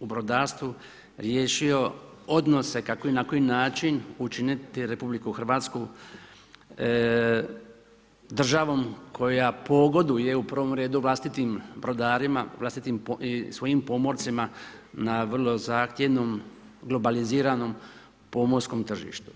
u brodarstvu riješio odnose kako i na koji način učiniti RH državom koja pogoduje u prvom redu vlastitim brodarima, vlastitim svojim pomorcima na vrlo zahtjevnom, globaliziranom pomorskom tržištu.